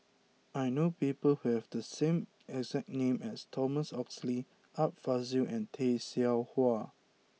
I know people have the exact name as Thomas Oxley Art Fazil and Tay Seow Huah